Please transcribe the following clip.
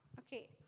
Okay